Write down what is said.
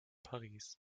paris